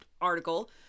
article